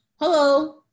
hello